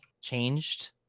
changed